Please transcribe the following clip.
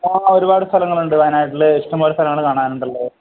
ഒരുപാട് സ്ഥലങ്ങളുണ്ട് വയനാട്ടില് ഇഷ്ടം പോലെ സ്ഥലങ്ങള് കാണാനുണ്ടല്ലോ